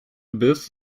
biss